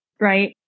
right